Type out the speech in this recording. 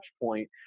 point